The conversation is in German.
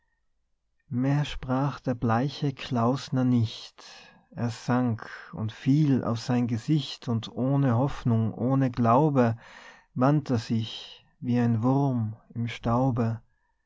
mehr sprach der bleiche klausner nicht er sank und fiel auf sein gesicht und ohne hoffnung ohne glaube wand er sich wie ein wurm im staube